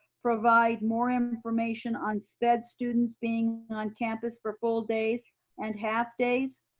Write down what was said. provide more information on sped students being on campus for full days and half days.